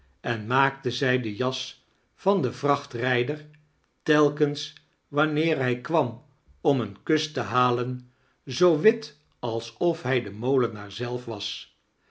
en maakte zij de jas van den vrachtrijder telkens wanneer hij kwam om een kus te halen zoo wit alsof hij de molenaar zelf was